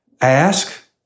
ask